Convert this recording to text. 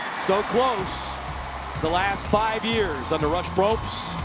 so close the last five years under rush probst.